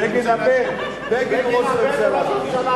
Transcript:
בגין הבן הוא ראש הממשלה.